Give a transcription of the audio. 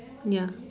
ya